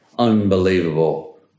unbelievable